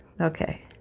Okay